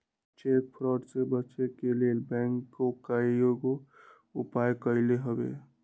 cheque fraud से बचे के लेल बैंकों कयगो उपाय कलकइ हबे